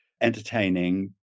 entertaining